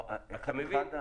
אתה מבין?